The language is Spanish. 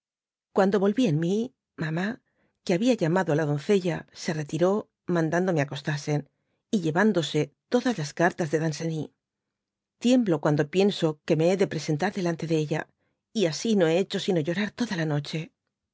guando volví en mi mamá que habia llamado á la doncella se retiró mandando me acostasen y llevándose todas las cartas de danceny tiemblo cuando pienso que me hé de presentar delante de ella y asi no hé hecho sino uorartoda la noche